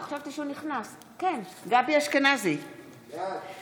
בעד יואב